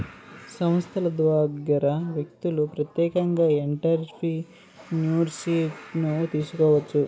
సంస్థల దగ్గర వ్యక్తులు ప్రత్యేకంగా ఎంటర్ప్రిన్యూర్షిప్ను తీసుకోవచ్చు